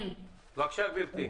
בבקשה.